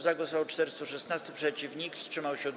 Za głosowało 416, przeciw - nikt, wstrzymało się 2.